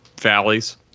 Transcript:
valleys